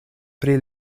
pri